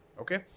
Okay